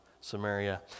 Samaria